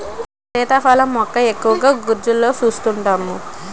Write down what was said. సీతాఫలం మొక్క ఎక్కువగా గోర్జీలలో సూస్తుంటాము